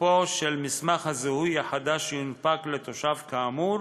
תוקפו של מסמך הזיהוי החדש שיונפק לתושב כאמור